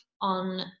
on